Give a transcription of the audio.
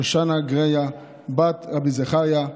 שושנה גריה בת רבי זכריה,